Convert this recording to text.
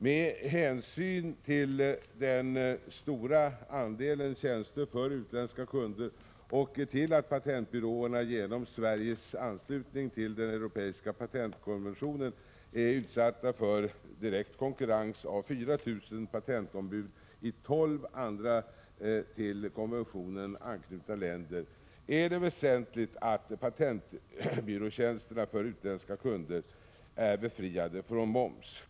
Med hänsyn till den stora andelen tjänster för utländska kunder och till att patentbyråerna genom Sveriges anslutning till den europeiska patentkonventionen är utsatta för direkt konkurrens från 4 000 patentombud i de tolv andra till konventionen anknutna länderna, är det väsentligt att patentbyråtjänster för utländska kunder är befriade från moms.